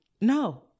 No